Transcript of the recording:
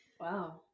Wow